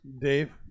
dave